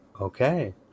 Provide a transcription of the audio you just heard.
okay